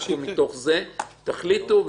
תודיעו: